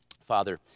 Father